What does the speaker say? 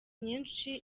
nyinshi